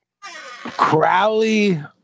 Crowley